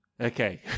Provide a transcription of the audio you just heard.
Okay